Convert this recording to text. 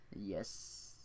Yes